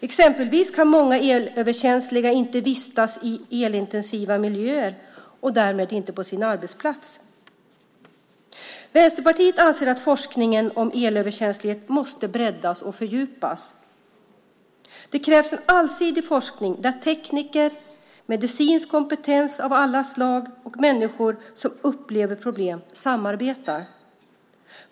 Exempelvis kan många elöverkänsliga inte vistas i elintensiva miljöer och därmed inte på sin arbetsplats. Vänsterpartiet anser att forskningen om elöverkänslighet måste breddas och fördjupas. Det krävs en allsidig forskning där tekniker, medicinsk kompetens av alla slag och människor som upplever problem samarbetar.